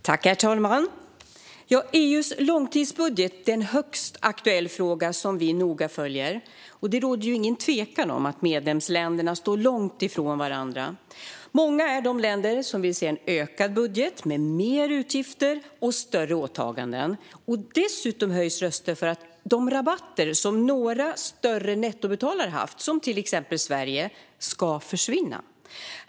Herr talman! EU:s långtidsbudget är en högst aktuell fråga som vi noga följer. Det råder ingen tvekan om att medlemsländerna står långt ifrån varandra. Många är de länder som vill se en ökad budget med mer utgifter och större åtaganden. Dessutom höjs röster för att de rabatter som några större nettobetalare, till exempel Sverige, har haft ska försvinna.